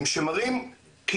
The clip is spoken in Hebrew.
זה לא מובן מאליו,